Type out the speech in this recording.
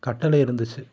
கட்டளை இருந்துச்சு